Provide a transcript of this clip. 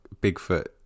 Bigfoot